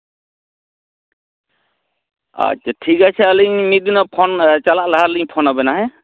ᱟᱪᱪᱷᱟ ᱴᱷᱤᱠ ᱟᱪᱷᱮ ᱟᱞᱤᱧ ᱢᱤᱫ ᱫᱤᱱᱳᱜ ᱯᱷᱳᱱ ᱪᱟᱞᱟᱜ ᱞᱟᱦᱟ ᱨᱤᱞᱤᱧ ᱯᱷᱳᱱ ᱟᱵᱤᱱᱟ ᱦᱮᱸ